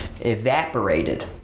evaporated